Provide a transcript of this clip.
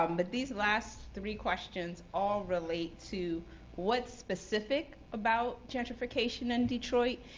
um but these last three questions all relate to what's specific about gentrification in detroit,